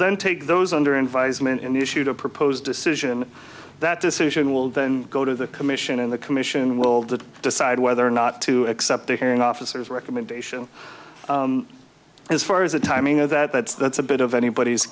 then take those under environment in the issued a proposed decision that decision will then go to the commission and the commission will decide whether or not to accept a hearing officers recommendation as far as the timing of that that's that's a bit of anybody's